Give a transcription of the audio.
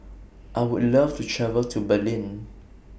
I Would like to travel to Berlin